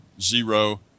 zero